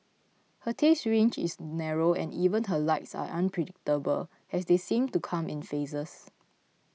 her taste range is narrow and even her likes are unpredictable as they seem to come in phases